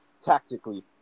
tactically